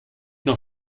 nur